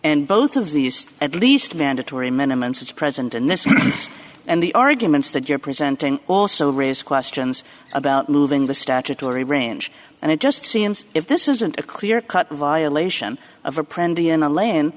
and both of these at least mandatory minimums is present in this and the arguments that you're presenting also raise questions about moving the statutory range and it just seems if this isn't a clear cut violation of a prend in a land